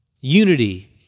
Unity